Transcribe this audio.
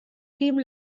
film